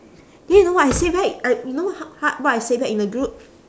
then you know what I say back I you know h~ ha what I say back in the group